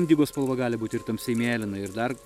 indigo spalva gali būt ir tamsiai mėlyna ir dar